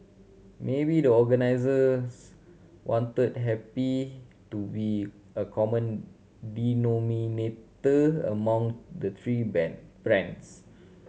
maybe the organisers wanted happy to be a common denominator among the three band brands